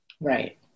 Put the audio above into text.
right